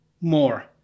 more